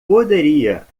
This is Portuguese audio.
poderia